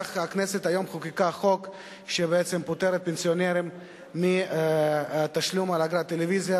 וכך הכנסת היום חוקקה חוק שפוטר את הפנסיונרים מתשלום אגרת טלוויזיה,